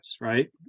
right